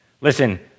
Listen